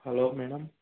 hello madam